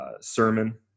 sermon